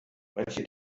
manche